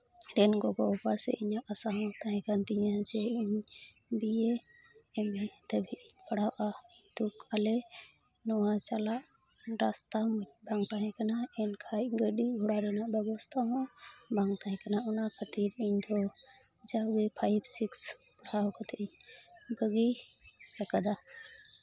ᱨᱮᱱ ᱜᱚᱜᱚᱼᱵᱟᱵᱟ ᱥᱮ ᱤᱧᱟᱹᱜ ᱟᱥᱟ ᱦᱚᱸ ᱛᱟᱦᱮᱸᱠᱟᱱ ᱛᱤᱧᱟᱹ ᱡᱮ ᱵᱤᱭᱮ ᱮᱢ ᱮ ᱫᱷᱟᱹᱵᱤᱡ ᱤᱧ ᱯᱟᱲᱦᱟᱜᱼᱟ ᱠᱤᱱᱛᱩ ᱟᱞᱮ ᱱᱚᱣᱟ ᱪᱟᱞᱟᱜ ᱨᱟᱥᱛᱟ ᱵᱟᱝ ᱛᱟᱦᱮᱸ ᱠᱟᱱᱟ ᱮᱱᱠᱷᱟᱡ ᱜᱟᱹᱰᱤ ᱜᱷᱳᱲᱟ ᱨᱮᱱᱟᱜ ᱵᱮᱵᱚᱥᱛᱷᱟ ᱦᱚᱸ ᱵᱟᱝ ᱛᱟᱦᱮᱸ ᱠᱟᱱᱟ ᱚᱱᱟ ᱠᱷᱟᱹᱛᱤᱨ ᱤᱧᱫᱚ ᱡᱟᱣᱜᱮ ᱯᱷᱟᱭᱤᱵᱷ ᱥᱤᱠᱥ ᱯᱟᱲᱦᱟᱣ ᱠᱟᱛᱮᱫ ᱤᱧ ᱵᱟᱹᱜᱤ ᱟᱠᱟᱫᱟ